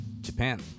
Japan